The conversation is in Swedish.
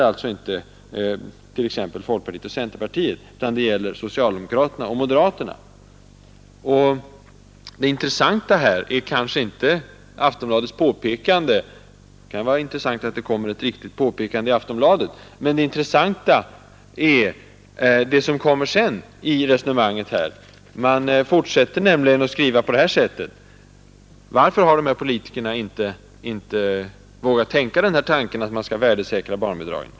Påståendet gäller alltså bara socialdemokraterna och moderaterna. Men det intressanta är kanske fortsättningen på det resonemang som Aftonbladet för, där man svarar på frågan varför de här politikerna inte har vågat tänka tanken att man skall värdesäkra barnbidragen.